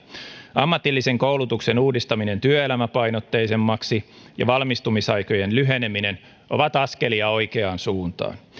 ammatillisen koulutuksen uudistaminen työelämäpainotteisemmaksi ja valmistumisaikojen lyheneminen ovat askelia oikeaan suuntaan